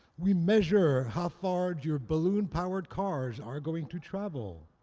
we measure how far your balloon-powered cars are going to travel.